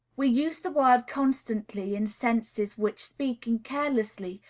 we use the word constantly in senses which, speaking carelessly,